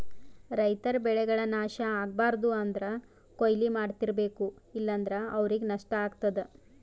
ರೈತರ್ ಬೆಳೆಗಳ್ ನಾಶ್ ಆಗ್ಬಾರ್ದು ಅಂದ್ರ ಕೊಯ್ಲಿ ಮಾಡ್ತಿರ್ಬೇಕು ಇಲ್ಲಂದ್ರ ಅವ್ರಿಗ್ ನಷ್ಟ ಆಗ್ತದಾ